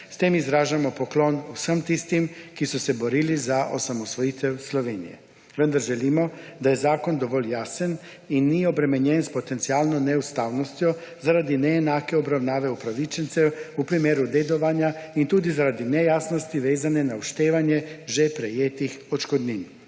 S tem izražamo poklon vsem tistim, ki so se borili za osamosvojitev Slovenije. Vendar želimo, da je zakon dovolj jasen in ni obremenjen s potencialno neustavnostjo zaradi neenake obravnave upravičencev v primeru dedovanja in tudi zaradi nejasnosti, vezane na odštevanje že prejetih odškodnin.